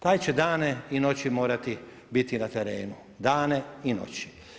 Taj će dane i noći morati biti na terenu, dane i noći.